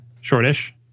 shortish